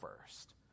first